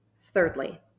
Thirdly